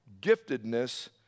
giftedness